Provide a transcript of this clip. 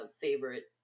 favorite